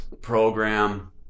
program